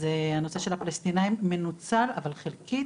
אז הנושא של העובדים הפלשתינאים מנוצל, אבל חלקית